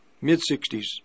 mid-60s